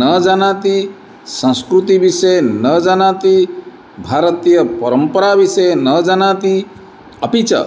न जानाति संस्कृतिविषये न जानाति भारतीयपरम्पराविषये न जानाति अपि च